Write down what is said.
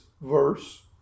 verse